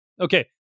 Okay